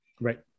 Right